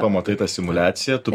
pamatai tą simuliaciją tu